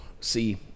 see